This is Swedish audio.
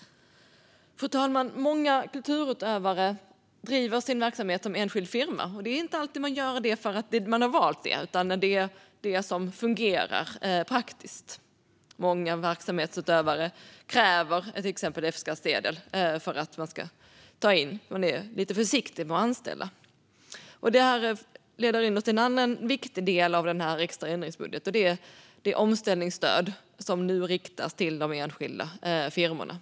Fru talman! Många kulturutövare driver sin verksamhet som enskild firma. Det är inte alltid man gör det för att man själv har valt det, utan ofta gör man det för att det är det som fungerar praktiskt. Till exempel kräver många verksamhetsutövare F-skattsedel - man är lite försiktig med att anställa. Det här leder oss till en annan viktig del av den extra ändringsbudgeten, och det är det omsättningsstöd som nu riktas till de enskilda firmorna.